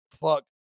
fuck